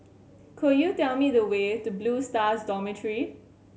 could you tell me the way to Blue Stars Dormitory